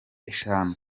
eshanu